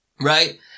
Right